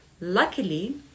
Luckily